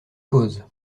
causes